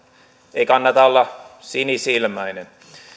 ei kannata olla sinisilmäinen